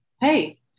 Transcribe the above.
hey